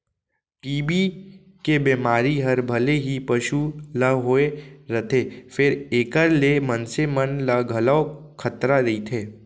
TB के बेमारी हर भले ही पसु ल होए रथे फेर एकर ले मनसे मन ल घलौ खतरा रइथे